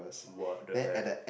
what the heck